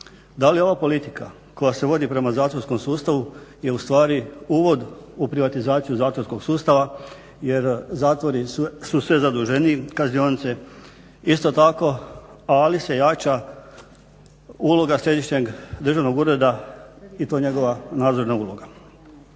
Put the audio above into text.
da li ova politika koja se vodi prema zatvorskom sustavu je ustvari uvod u privatizaciju zatvorskog sustava jer zatvori su sve zaduženiji, kaznionice isto tako ali se jača uloga središnjeg državnog ureda i to njegova nadzorna uloga.